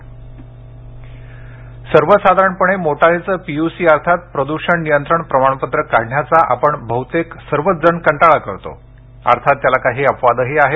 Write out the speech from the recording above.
vice कास्ट वाहन विमा सर्वसाधारपणे मोटारीचं पीयूसी अर्थात प्रदूषण नियंत्रण प्रमाणपत्र काढण्याचा आपण बहुतेक सर्वच जण कंटाळा करतो अर्थात त्याला काही अपवादही आहेत